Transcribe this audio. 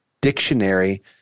dictionary